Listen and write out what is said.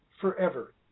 forever